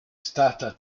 stata